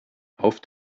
auf